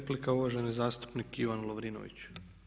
Replika uvaženi zastupnik Ivan Lovrinović.